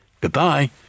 Goodbye